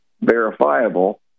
verifiable